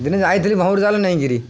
ଦିନେ ଯାଇଥିଲି ମହୁରୀ ଜାଲ ନେଇକିରି